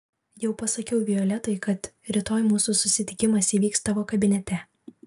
jau pasakiau violetai kad rytoj mūsų susitikimas įvyks tavo kabinete